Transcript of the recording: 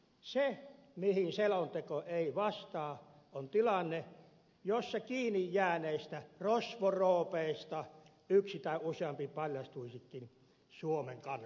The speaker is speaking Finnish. se mihin selonteko ei vastaa on tilanne jossa kiinni jääneistä rosvoroopeista yksi tai useampi paljastuisikin suomen kansalaisiksi